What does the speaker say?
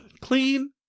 clean